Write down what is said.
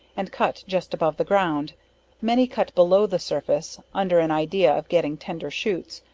and cut just above the ground many cut below the surface, under an idea of getting tender shoots,